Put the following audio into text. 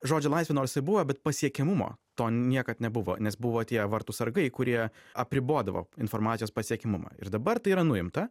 žodžio laisvė nors ir buvo bet pasiekiamumo to niekad nebuvo nes buvo tie vartų sargai kurie apribodavo informacijos pasiekiamumą ir dabar tai yra nuimta